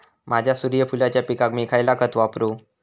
माझ्या सूर्यफुलाच्या पिकाक मी खयला खत वापरू?